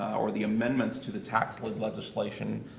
or the amendments to the tax lid legislation,